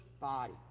body